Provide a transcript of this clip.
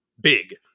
big